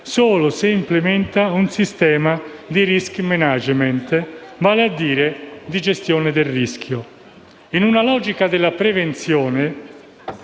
solo se implementa un sistema di *risk management*, vale a dire di gestione del rischio. In una logica della prevenzione